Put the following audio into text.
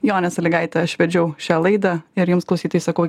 jonė salygaitė aš vedžiau šią laidą ir jums klausytojai sakau